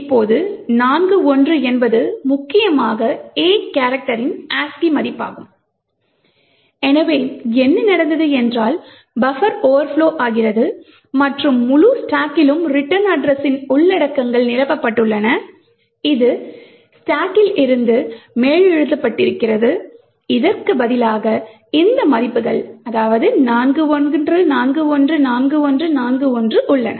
இப்போது 41 என்பது முக்கியமாக A கேரக்டரின் ASCII மதிப்பாகும் எனவே என்ன நடந்தது என்றால் பஃபர் ஓவர்ப்லொ ஆகிறது மற்றும் முழு ஸ்டாக்கிலும் ரிட்டர்ன் அட்ரஸின் உள்ளடக்கங்கள் நிரப்பப்பட்டுள்ளன இது ஸ்டாக்கில் இருந்து மேலெழுதப்பட்டிருக்கிறது அதற்கு பதிலாக இந்த மதிப்புகள் 41414141 உள்ளன